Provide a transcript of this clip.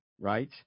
right